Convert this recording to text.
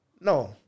No